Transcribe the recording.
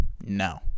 No